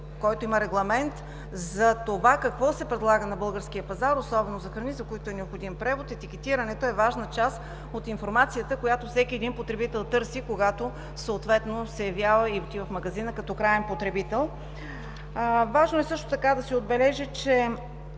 който има регламент за това какво се предлага на българския пазар. Особено за храни, за които е необходим превод, етикетирането е важна част от информацията, която всеки един потребител търси, когато съответно се явява и отива в магазина като краен потребител. Важно е също така да се отбележи, че